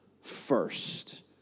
first